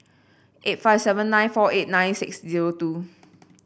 eight five seven nine four eight nine six zero two